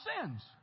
sins